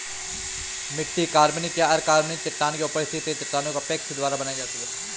मिट्टी कार्बनिक या अकार्बनिक चट्टान के ऊपर स्थित है चट्टानों के अपक्षय द्वारा बनाई जाती है